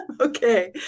Okay